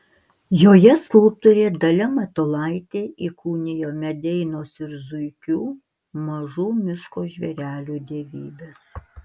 joje skulptorė dalia matulaitė įkūnijo medeinos ir zuikių mažų miško žvėrelių dievybes